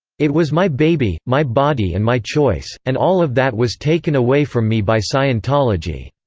it was my baby, my body and my choice, and all of that was taken away from me by scientology,